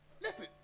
Listen